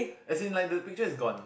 as in like the picture is gone